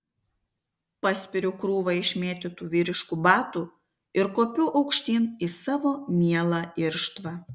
paspiriu krūvą išmėtytų vyriškų batų ir kopiu aukštyn į savo mielą irštvą